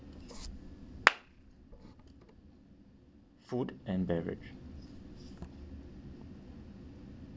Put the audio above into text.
food and beverage